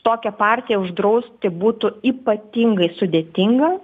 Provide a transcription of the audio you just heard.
tokią partiją uždrausti būtų ypatingai sudėtinga